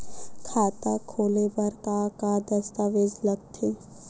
खाता खोले बर का का दस्तावेज लगथे?